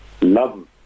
love